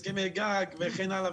הסכמי גג וכן הלאה,